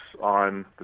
on